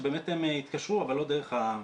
שהם באמת התקשרו אבל לא דרך המפעיל.